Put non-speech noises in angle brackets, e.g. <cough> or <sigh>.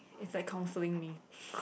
it's like counselling me <breath>